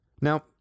Now